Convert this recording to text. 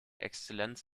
exzellenz